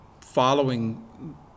following